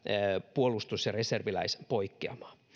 puolustus ja reserviläispoikkeamaa